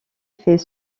fait